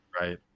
Right